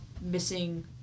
missing